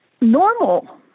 normal